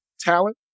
talent